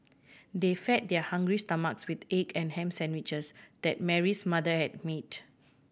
they fed their hungry stomachs with egg and ham sandwiches that Mary's mother had made